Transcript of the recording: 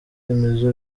remezo